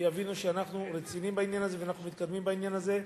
יבינו שאנחנו רציניים בעניין הזה ואנחנו מתקדמים בעניין הזה,